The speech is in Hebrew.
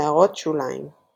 הערות שוליים ==